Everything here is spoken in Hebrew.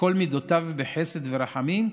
שכל מידותיו בחסד וברחמים,